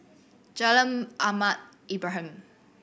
Jalan Ahmad Ibrahim